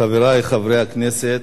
חברי חברי הכנסת,